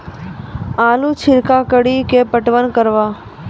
आलू छिरका कड़ी के पटवन करवा?